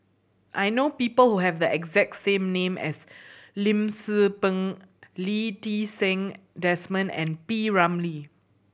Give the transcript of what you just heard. I know people who have the exact same name as Lim Tze Peng Lee Ti Seng Desmond and P Ramlee